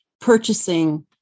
purchasing